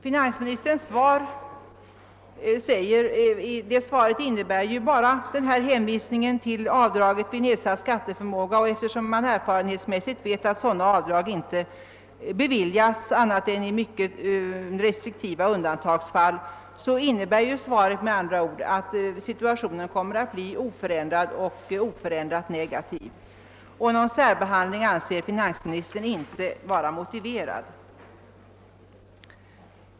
Finansministerns svar innebär bara en hänvisning till det avdrag som medges vid. nedsatt skatteförmåga. Eftersom vi erfarenhetsmässigt vet att så dana avdrag inte beviljas annat än i rena undantagsfall innebär svaret att situationen kommer att bli oförändrad. Någon särbehandling anser finansministern inte motiverad.